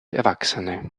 erwachsene